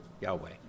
Yahweh